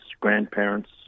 grandparents